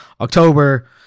October